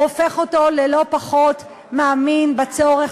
הוא הופך אותו ללא פחות מאמין בצורך